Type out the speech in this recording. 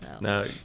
No